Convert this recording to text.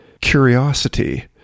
Curiosity